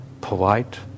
polite